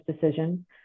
decision